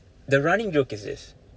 the running joke is this